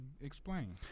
Explain